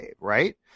right